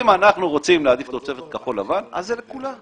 אם אנחנו רוצים להעדיף תוצרת כחול-לבן, זה לכולם.